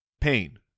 pain